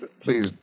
Please